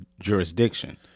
jurisdiction